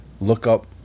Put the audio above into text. lookup